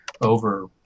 over